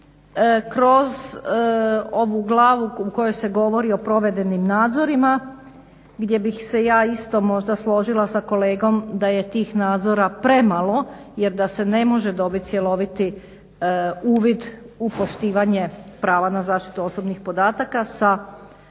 kroz ovu glavu u kojoj se govori o provedenim nadzorima gdje bih se ja isto možda složila sa kolegom da je tih nadzora premalo jer da se ne može dobit cjeloviti uvid u poštivanje prava na zaštitu osobnih podataka sa